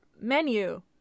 menu